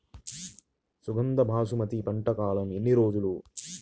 సుగంధ బాసుమతి పంట కాలం ఎన్ని రోజులు?